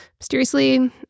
Mysteriously